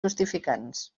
justificants